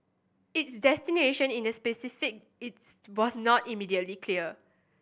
its destination in the Pacific is was not immediately clear